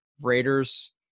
Raiders